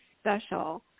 special